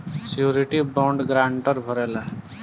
surety bond guarantor भरेला